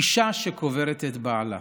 אישה שקוברת את בעלה.